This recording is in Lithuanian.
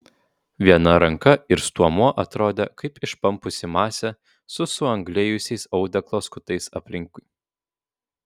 viena ranka ir stuomuo atrodė kaip išpampusi masė su suanglėjusiais audeklo skutais aplinkui